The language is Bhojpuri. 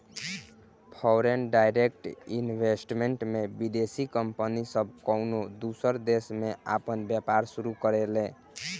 फॉरेन डायरेक्ट इन्वेस्टमेंट में विदेशी कंपनी सब कउनो दूसर देश में आपन व्यापार शुरू करेले